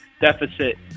deficit